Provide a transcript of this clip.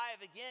again